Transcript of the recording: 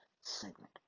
segment